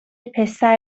پسر